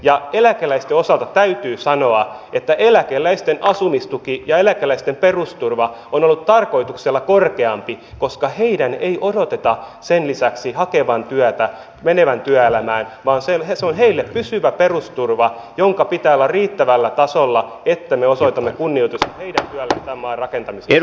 ja eläkeläisten osalta täytyy sanoa että eläkeläisten asumistuki ja eläkeläisten perusturva on ollut tarkoituksella korkeampi koska heidän ei odoteta sen lisäksi hakevan työtä menevän työelämään vaan se on heille pysyvä perusturva jonka pitää olla riittävällä tasolla että me osoitamme kunnioitusta heidän työlleen tämän maan rakentamisesta